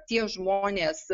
tie žmonės